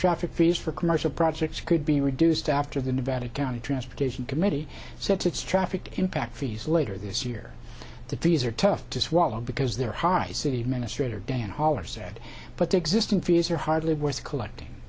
traffic fees for commercial projects could be reduced after the nevada county transportation committee set its traffic impact fees later this year the trees are tough to swallow because their high city administrator dan holler said but the existing fees are hardly worth collecting